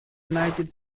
united